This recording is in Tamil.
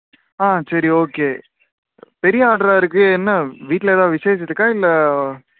ஆ சரி ஓகே பெரிய ஆர்டராக இருக்கு என்ன வீட்டில் எதாவது விஷேசத்துக்காக இல்லை